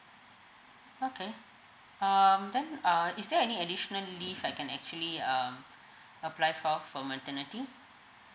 okay um then uh is there any additional leave I can actually um apply for for maternity